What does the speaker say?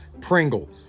Pringle